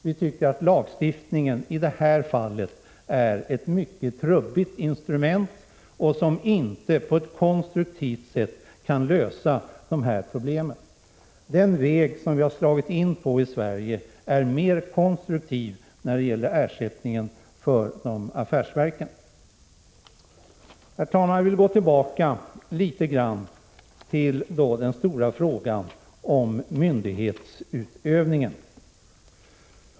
Vi tycker att lagstiftning i det här fallet är ett mycket trubbigt instrument, som inte på ett konstruktivt sätt kan lösa problemen. Den väg som vi i Sverige slagit in på när det gäller ersättning från affärsverken är mer konstruktiv. Herr talman! Låt mig gå tillbaka till den stora frågan om myndighetsutövningen.